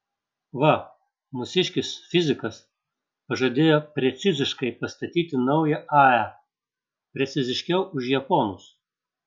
va mūsiškis fizikas pažadėjo preciziškai pastatyti naują ae preciziškiau už japonus